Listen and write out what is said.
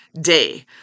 day